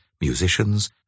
musicians